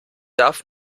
darf